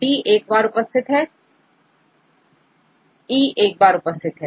Student D 1 time D 1 time E 1 time छात्र D औरE एक बार है